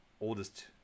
oldest